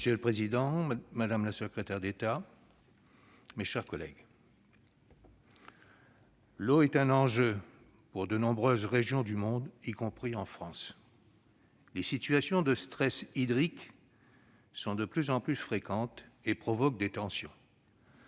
Monsieur le président, madame la secrétaire d'État, mes chers collègues, l'eau est un enjeu pour de nombreuses régions du monde, y compris en France. Les situations de stress hydrique sont de plus en plus fréquentes et provoquent des tensions.